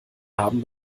haben